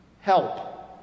Help